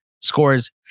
scores